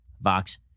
Vox